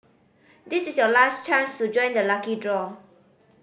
this is your last chance to join the lucky draw